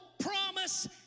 promise